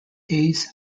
hayes